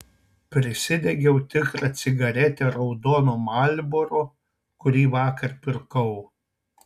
prisidegiau tikrą cigaretę raudono marlboro kurį vakar pirkau